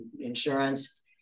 insurance